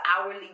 hourly